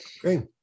Great